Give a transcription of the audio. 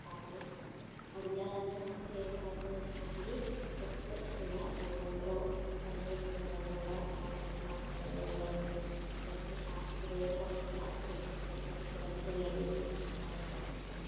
അപ്പോൾ അതില്ലാതാക്കാൻ നമുക്ക് ചെയ്യേണ്ട കാര്യങ്ങൾ എന്ന് വെച്ചിട്ടുണ്ടെങ്കിൽ പുറത്ത് ഉള്ള വെള്ളങ്ങളോ തങ്ങിനിൽക്കുന്ന വെള്ളങ്ങൾ കാര്യങ്ങളൊക്കെ മറച്ചു കളയുക എന്നുള്ളതൊക്കെയാണ് അതുപോലെതന്നെ പ്ലാസ്റ്റിക്ക് ഉപയോഗം കുറയ്ക്കുക അത് പുറത്തേക്കൊക്കെ വലിച്ചെറിയാണ്ടിരിക്കുക അങ്ങനത്തെ കാര്യങ്ങളൊക്കെ ചെയ്യുക